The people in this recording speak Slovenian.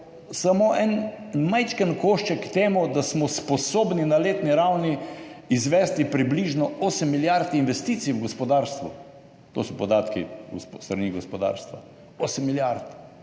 samo en majčken košček k temu, da smo sposobni na letni ravni izvesti približno 8 milijard investicij v gospodarstvu. To so podatki s strani gospodarstva. 8 milijard!